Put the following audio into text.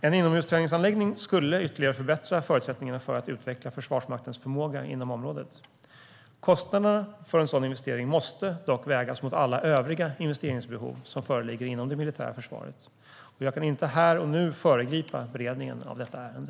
En inomhusträningsanläggning skulle ytterligare förbättra förutsättningarna för att utveckla Försvarsmaktens förmåga inom området. Kostnaderna för en sådan investering måste dock vägas mot alla övriga investeringsbehov som föreligger inom det militära försvaret. Jag kan inte här och nu föregripa beredningen av detta ärende.